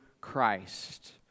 christ